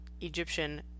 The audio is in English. Egyptian